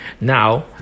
Now